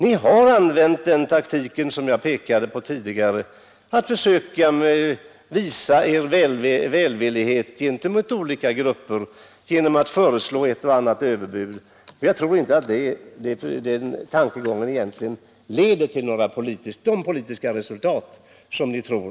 Ni har använt den taktik jag tidigare pekade på, visat välvilja gentemot olika grupper genom att föreslå ett och annat överbud. Jag tror inte att detta egentligen leder till de politiska resultat som ni tror.